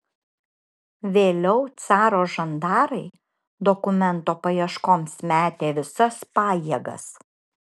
vėliau caro žandarai dokumento paieškoms metė visas pajėgas